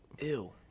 Ew